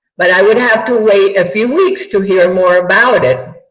but i would have to wait a few weeks to hear more about it.